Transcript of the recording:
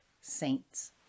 saints